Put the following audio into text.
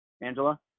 Angela